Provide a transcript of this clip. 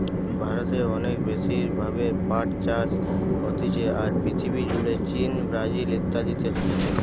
ভারতে অনেক বেশি ভাবে পাট চাষ হতিছে, আর পৃথিবী জুড়ে চীন, ব্রাজিল ইত্যাদিতে হতিছে